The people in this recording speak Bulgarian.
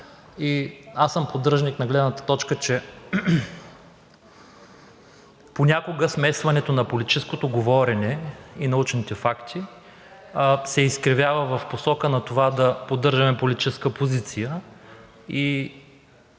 Аз съм поддръжник на гледната точка, че понякога смесването на политическото говорене и научните факти се изкривява в посока на това да поддържаме политическа позиция